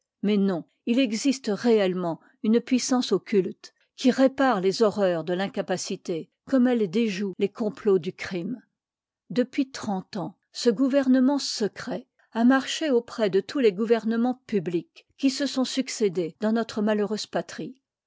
mais non il existe réellement une puissance occulte qui répare les erreurs de l'incapacité comme elle déjoue lés ii ppx complots du crime depuis trente ans ce liv il gouvernement secret a marché auprès de tous les gouvememens publics qui se sont stuccéde dcmis notre malheureuse patrie